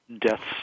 deaths